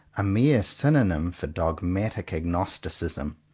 a mere synonym for dogmatic agnosticism.